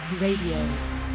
Radio